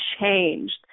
changed